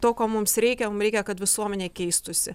to ko mums reikia mum reikia kad visuomenė keistųsi